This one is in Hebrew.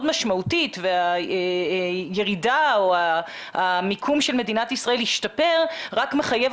משמעותית והירידה או המיקום של מדינת ישראל השתפר רק מחייב